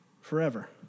forever